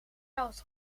koud